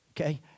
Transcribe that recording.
Okay